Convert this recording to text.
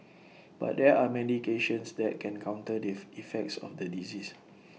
but there are medications that can counter the if effects of the disease